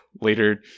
later